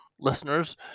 listeners